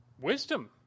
wisdom